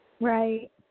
Right